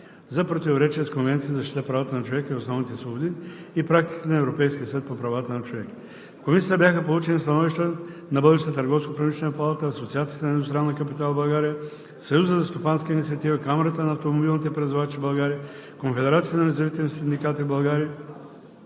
за противоречие с Конвенцията за защита правата на човека и основните свободи и практиката на Европейския съд по правата на човека. В Комисията бяха получени становищата на Българската търговско-промишлена палата, Асоциацията на индустриалния капитал в България, Съюза за стопанска инициатива, Камарата на автомобилните превозвачи в България, Конфедерацията на независимите синдикати в България.